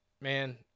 man